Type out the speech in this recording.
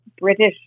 British